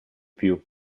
più